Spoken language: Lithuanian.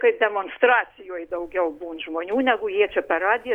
kaip demonstracijoj daugiau žmonių negu jie čia per radiją